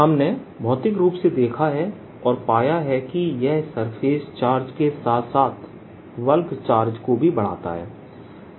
हमने भौतिक रूप से देखा है और पाया है कि यह सरफेस चार्ज के साथ साथ बल्क चार्ज को भी बढ़ाता है